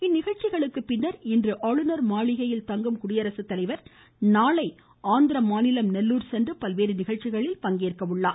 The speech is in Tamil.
இந்நிகழ்ச்சிகளுக்கு பின்னர் இன்று ஆளுநர் மாளிகையில் தங்கும் குடியரசுத்தலைவர் நாளை ஆந்திர மாநிலம் நெல்லூர் சென்று பல்வேறு நிகழ்ச்சிகளில் பங்கேற்கிறார்